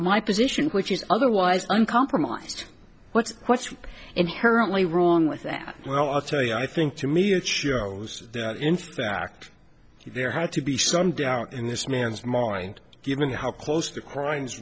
my position which is otherwise uncompromised what's what's inherently wrong with that well i'll tell you i think to me it shows that in fact there had to be some doubt in this man's mind given how close the crimes